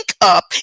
up